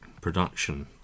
production